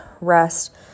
rest